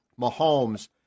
Mahomes